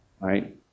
Right